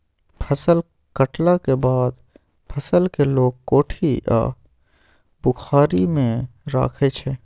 फसल कटलाक बाद फसल केँ लोक कोठी आ बखारी मे राखै छै